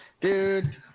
Dude